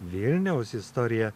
vilniaus istorija